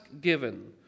given